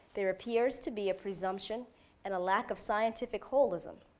there appears to be a presumption and a lack of scientific holism.